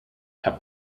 herr